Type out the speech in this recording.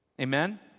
Amen